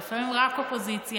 ולפעמים רק אופוזיציה,